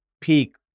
peak